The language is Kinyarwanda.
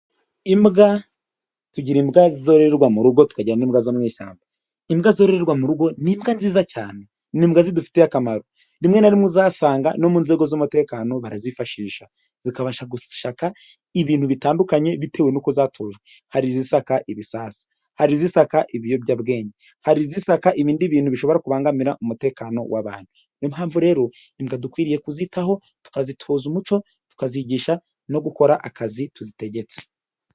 Imbwa, tugira imbwa zororerwa mu rugo, tukagira n'imbwa zo mu ishyamba. Imbwa zororerwa mu rugo, ni imbwa nziza cyane, ni imbwa zidufitiye akamaro. Rimwe na rimwe uzasanga no mu nzego z'umutekano barazifashisha. Zikabasha gushaka ibintu bitandukanye bitewe n'uko zatojwe. Hari izisaka ibisasu, hari izisaka ibiyobyabwenge, hari izisaka ibindi bintu bishobora kubangamira umutekano w'abantu. Niyo mpamvu rero imbwa dukwiriye kuzitaho, bazitoza umuco, tukazigisha no gukora akazi tuzitegetse.